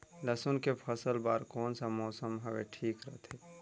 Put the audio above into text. लसुन के फसल बार कोन सा मौसम हवे ठीक रथे?